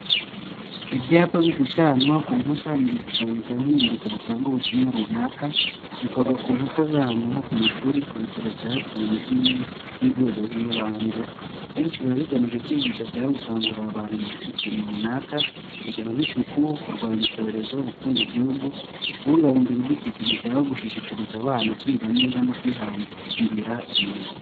Ibyapa bishushanwa ku nkuta ni ibishushanyo cyangwa inyandiko zitanga ubutumwa runaka, bikorwa ku nkuta z'ahantu nko ku mashuri, ku bitaro cyangwa ku biro by'inzego z'ibanze. Akenshi biba bigamije kwigisha cyangwa gukangurira abantu ikintu runaka, urugero nk'isuku, kurwanya icyorezo, gukunda igihugu, kubungabunga ibidukikije cyangwa gushishikariza abana kwiga neza no kwihangira imirimo.